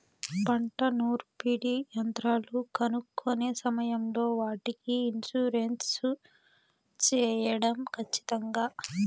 పంట నూర్పిడి యంత్రాలు కొనుక్కొనే సమయం లో వాటికి ఇన్సూరెన్సు సేయడం ఖచ్చితంగా?